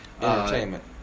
Entertainment